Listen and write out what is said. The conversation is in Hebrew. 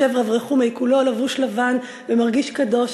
רב רחומי כולו לבוש לבן ומרגיש קדוש.